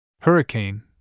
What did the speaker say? Hurricane